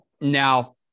now